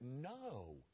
no